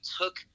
took